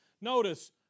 notice